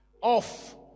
off